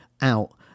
out